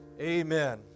amen